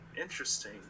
Interesting